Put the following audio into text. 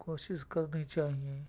کوشش کرنی چاہیے